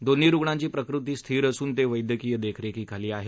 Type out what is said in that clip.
दोन्ही रुग्णांची प्रकृती स्थिर असून ते वक्तकीय देखरेखीखाली आहेत